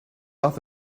laugh